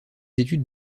études